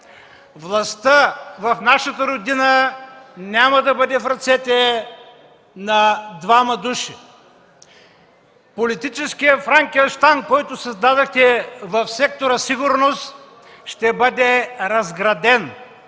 Властта в нашата Родина няма да бъде в ръцете на двама души. Политическият Франкенщайн, който създадохте в сектор „Сигурност”, ще бъде разграден